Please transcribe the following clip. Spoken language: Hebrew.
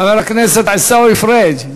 חבר הכנסת עיסאווי פריג',